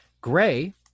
gray